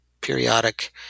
periodic